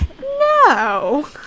No